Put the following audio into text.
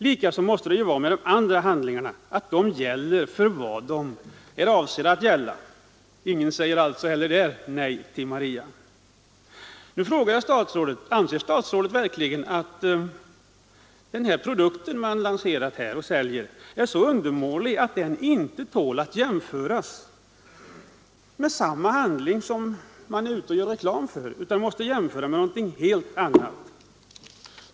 Likadant måste det väl vara med de andra handlingarna: de gäller för vad de är avsedda att gälla för. Ingen säger alltså heller där nej till Maria. Nu frågar jag: Anser statsrådet att den produkt som man lanserar och säljer är så undermålig, att den inte kan jämföras med handlingar som är avsedda för samma ändamål som den ID-handling som reklamen gäller, utan måste jämföras med någonting helt annat?